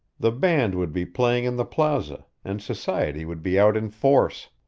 the band would be playing in the plaza, and society would be out in force.